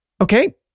Okay